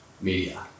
Media